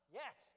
yes